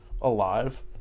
alive